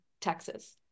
Texas